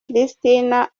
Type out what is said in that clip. christina